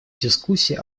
дискуссии